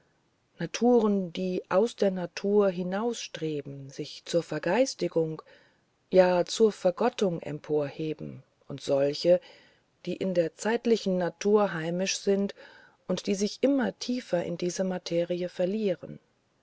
naturen die aus der natur hinausstreben sich zur vergeistigung ja zur vergottung emporheben und solche die in der zeitlichen natur heimisch sind und die sich immer tiefer in diese materie verlieren